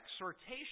exhortation